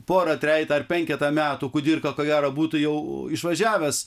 porą trejetą ar penketą metų kudirka ko gero būtų jau išvažiavęs